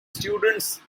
students